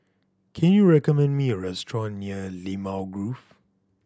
can you recommend me a restaurant near Limau Grove